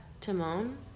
Timon